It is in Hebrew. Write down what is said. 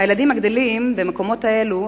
הילדים הגדלים במקומות האלה,